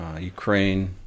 Ukraine